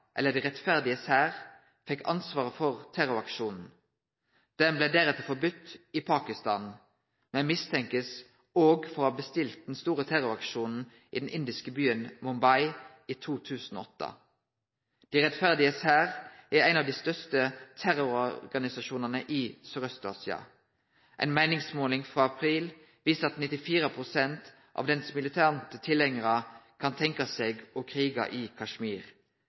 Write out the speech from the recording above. eller Dei rettferdiges hær, fekk ansvaret for terroraksjonen. Organisasjonen blei deretter forboden i Pakistan, men blir også mistenkt for å ha bestilt den store terroraksjonen i den indiske byen Mumbai i 2008. Dei rettferdiges hær er ein av dei største terrororganisasjonane i Søraust-Asia. Ei meiningsmåling frå april viser at 94 pst. av dei militante tilhengjarane hans kan tenkje seg å krige i